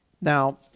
Now